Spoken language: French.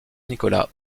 nicolas